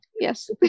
Yes